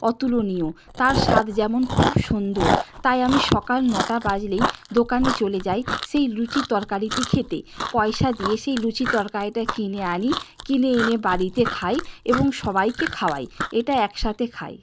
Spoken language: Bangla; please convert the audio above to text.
অতুলনীয় তার স্বাদ যেমন খুব সুন্দর তাই আমি সকাল নটা বাজলেই দোকানে চলে যাই সেই লুচি তরকারিটি খেতে পয়সা দিয়ে সেই লুচি তরকারিটা কিনে আনি কিনে এনে বাড়িতে খাই এবং সবাইকে খাওয়াই এটা একসাথে খাই